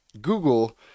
Google